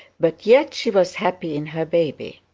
but yet she was happy in her baby.